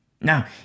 now